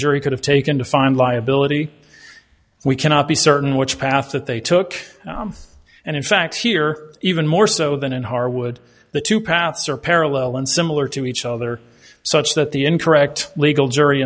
jury could have taken to find liability we cannot be certain which path that they took and in fact here even more so than in harwood the two paths are parallel and similar to each other so much that the incorrect legal jury